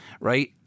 right